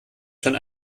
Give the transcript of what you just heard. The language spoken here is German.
schon